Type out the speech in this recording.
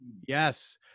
Yes